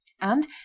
and